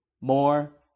more